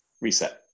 reset